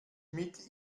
mit